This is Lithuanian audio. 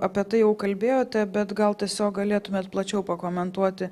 apie tai jau kalbėjote bet gal tiesiog galėtumėt plačiau pakomentuoti